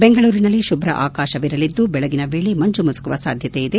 ಬೆಂಗಳೂರಿನಲ್ಲಿ ಶುಭ್ರ ಆಕಾಶವಿರಲ್ಲಿದ್ದು ಬೆಳಗಿನ ವೇಳೆ ಮಂಜು ಮುಸುಕುವ ಸಾಧ್ಯತೆ ಇದೆ